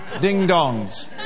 Ding-dongs